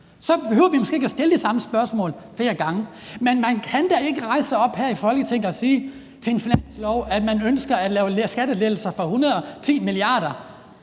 behøvede vi måske ikke at stille de samme spørgsmål flere gange. Man kan da ikke rejse sig op her i Folketinget og sige vedrørende finansloven, at man ønsker at lave skattelettelser for 110 mia. kr.